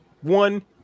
one